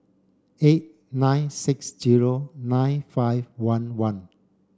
eight nine six zero nine five one one